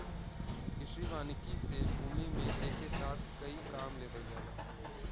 कृषि वानिकी से भूमि से एके साथ कई काम लेवल जाला